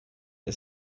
get